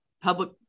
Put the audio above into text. public